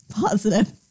positive